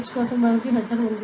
H కోసం మనకు header ఉంది